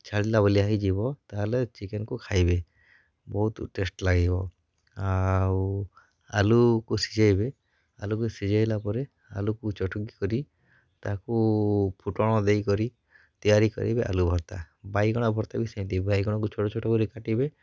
ଛାଡ଼ିଲା ଭଳିଆ ହେଇଯିବ ତାହାଲେ ଚିକେନ୍କୁ ଖାଇବେ ବହୁତ ଟେଷ୍ଟ ଲାଗିବ ଆଉ ଆଳୁକୁ ସିଝେଇବେ ଆଳୁକୁ ସିଝାଇଲା ପରେ ଆଳୁକୁ ଚକଟି କରି ତାକୁ ଫୁଟଣ ଦେଇକରି ତିଆରି କରିବେ ଆଳୁ ଭର୍ତ୍ତା ବାଇଗଣ ଭର୍ତ୍ତା ବି ସେମତି ବାଇଗଣକୁ ଛୋଟ ଛୋଟ କରି କାଟିବେ